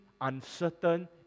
uncertain